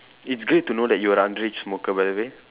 it's great to know that you're underage smoker by the way